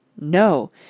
No